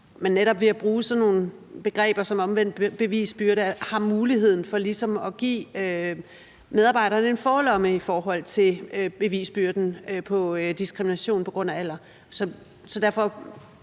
sådan nogle begreber som omvendt bevisbyrde har mulighed for ligesom at give medarbejderne en forlomme i forhold til bevisbyrden med hensyn til diskrimination på grund af alder. Så derfor